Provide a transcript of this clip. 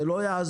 זה לא יעזור,